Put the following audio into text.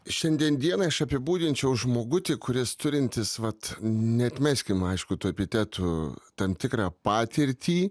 šiandien dienai aš apibūdinčiau žmogutį kuris turintis vat neatmeskim aišku tų epitetų tam tikrą patirtį